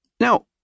Now